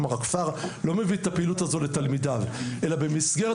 כלומר הכפר לא מביא את הפעילות הזו לתלמידיו אלא במסגרת